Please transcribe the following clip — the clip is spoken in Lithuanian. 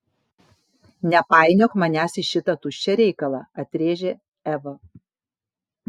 nepainiok manęs į šitą tuščią reikalą atrėžė eva